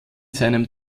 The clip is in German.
seinem